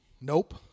Nope